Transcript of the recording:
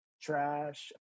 trash